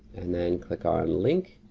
and then click on link.